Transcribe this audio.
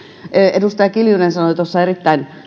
edustaja kiljunen sanoi puheenvuorossaan erittäin